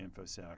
InfoSec